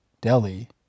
Delhi